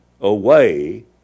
away